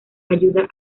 ayuda